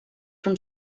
from